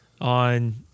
on